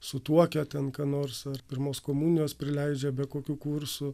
sutuokia tenka ką nors ar pirmos komunijos prileidžia be kokių kursų